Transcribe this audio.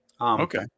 Okay